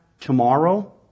tomorrow